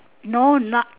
no not